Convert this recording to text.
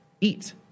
eat